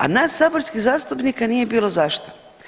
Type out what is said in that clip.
A nas saborskih zastupnika nije bilo zašto?